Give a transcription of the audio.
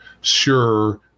Sure